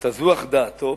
תזוח דעתו,